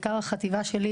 בעיקר החטיבה שלי,